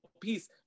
piece